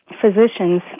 physicians